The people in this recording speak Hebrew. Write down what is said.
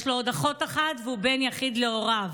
יש לו עוד אחות אחת, והוא בן יחיד להוריו.